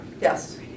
Yes